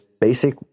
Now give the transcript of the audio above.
basic